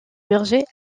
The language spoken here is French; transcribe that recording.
berger